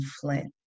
Flint